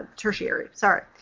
tertiary. sorry,